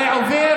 זה עובר